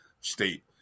State